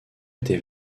était